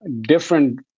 different